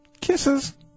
Kisses